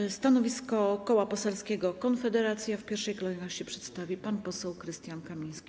I stanowisko Koła Poselskiego Konfederacja w pierwszej kolejności przedstawi pan poseł Krystian Kamiński.